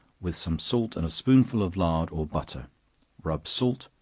with some salt and a spoonful of lard, or butter rub salt,